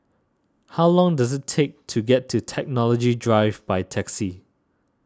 how long does it take to get to Technology Drive by taxi